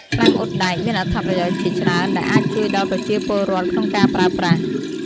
ឆ្នាំងអ៊ុតដែក មានអត្ថប្រយោជន៍ជាច្រើនដែលអាចជួយដល់ប្រជាពលរដ្ឋក្នុងការប្រើប្រាស់។